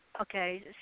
Okay